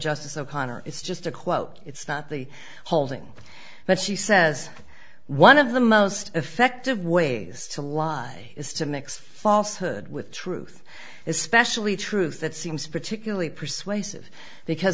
justice o'connor it's just a quote it's not the whole thing but she says one of the most effective ways to lie is to mix falshood with truth especially truth that seems particularly persuasive because